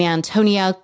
Antonia